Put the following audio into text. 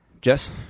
Jess